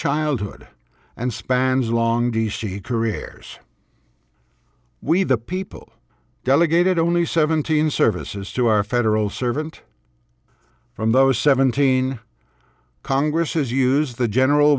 childhood and spans long d c careers we the people delegated only seventeen services to our federal servant from those seventeen congresses use the general